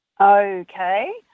Okay